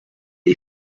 est